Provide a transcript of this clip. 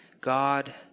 God